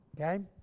okay